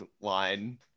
line